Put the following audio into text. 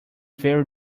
very